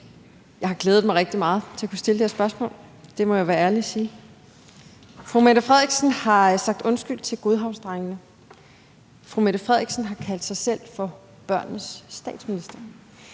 Jeg har glædet mig rigtig meget til at kunne stille det her spørgsmål. Det må jeg være ærlig at sige. Statsministeren har sagt undskyld til godhavnsdrengene, statsministeren har kaldt sig selv for børnenes statsminister,